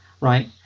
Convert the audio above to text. right